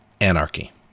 anarchy